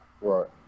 Right